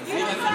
קודם אני כאן.